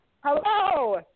Hello